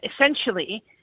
essentially